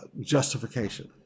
justification